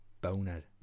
Bonehead